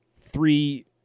Three